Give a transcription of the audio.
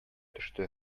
төште